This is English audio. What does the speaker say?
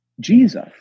Jesus